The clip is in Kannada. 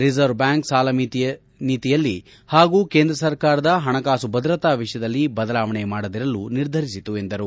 ರಿಸರ್ವ್ಬ್ಯಾಂಕ್ ಸಾಲನೀತಿಯಲ್ಲಿ ಹಾಗೂ ಕೇಂದ್ರ ಸರ್ಕಾರದ ಹಣಕಾಸು ಭದ್ರತಾ ವಿಷಯದಲ್ಲಿ ಬದಲಾವಣೆ ಮಾಡದಿರಲು ನಿರ್ಧರಿಸಿತು ಎಂದರು